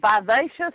vivacious